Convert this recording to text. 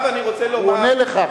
הוא עונה לך עכשיו.